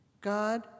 God